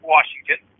Washington